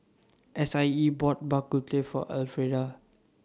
S I E bought Bak Kut Teh For Elfrieda